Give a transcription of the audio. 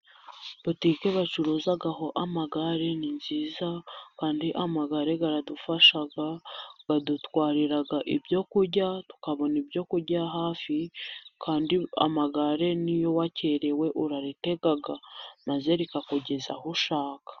Botike bacuruzaho amagare ni nziza kandi amagare adufasha adutwarira ibyo kurya tukabona ibyo kurya hafi kandi amagare niyo wakererewe uraritega maze rikakugeza aho ushaka.